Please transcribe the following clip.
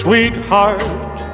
Sweetheart